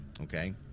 Okay